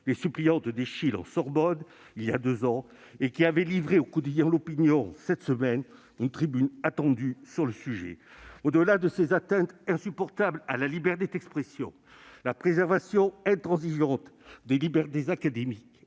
de la pièce d'Eschyle,, en Sorbonne, il y a deux ans, et qui avez livré au quotidien, cette semaine, une tribune attendue sur cette question. Au-delà de ces atteintes insupportables à la liberté d'expression, la préservation intransigeante des libertés académiques